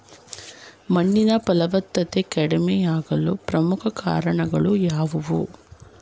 ಮಣ್ಣಿನ ಫಲವತ್ತತೆ ಕಡಿಮೆಯಾಗಲು ಪ್ರಮುಖ ಕಾರಣಗಳು ಯಾವುವು?